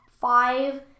five